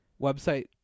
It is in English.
website